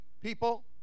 people